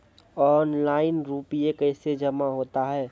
Online रुपये कैसे जमा होता हैं?